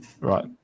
right